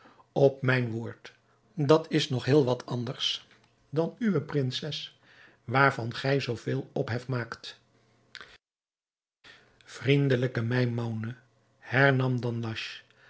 op mijn woord dat is nog heel wat anders dan uwe prinses waarvan gij zoo veel ophef maakt vriendelijke maimoune hernam